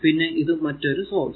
പിന്നെ ഇത് മറ്റൊരു സോഴ്സ്